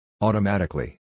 Automatically